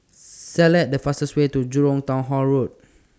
Select The fastest Way to Jurong Town Hall Road